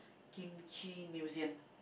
kimchi museum